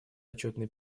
отчетный